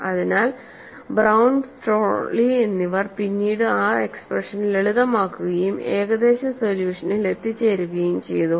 അതിനാൽ ബ്രൌൺ സ്ട്രോളി എന്നിവർ പിന്നീട് ആ എക്സ്പ്രഷൻ ലളിതമാക്കുകയും ഏകദേശ സൊല്യൂഷനിൽ എത്തിച്ചേരുകയും ചെയ്തു